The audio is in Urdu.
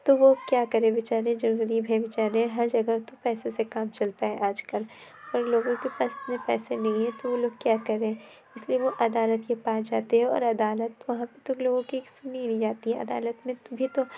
تو وہ کیا کرے بیچارے جو غریب ہیں بیچارے ہر جگہ تو پیسے سے کام چلتا ہے آج کل پر لوگوں کے پاس اتنے پیسے نہیں ہیں تو وہ لوگ کیا کریں اِس لیے وہ عدالت کے پاس جاتے ہیں اور عدالت وہاں پہ تو اُن لوگوں کی سُنی ہی نہیں جاتی ہے عدالت میں بھی تو